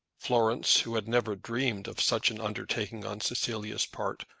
florence, who had never dreamed of such an undertaking on cecilia's part,